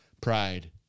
pride